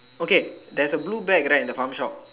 okay there's a blue bag right in the farm shop